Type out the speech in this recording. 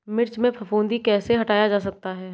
मिर्च में फफूंदी कैसे हटाया जा सकता है?